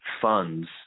funds